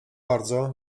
bardzo